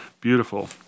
Beautiful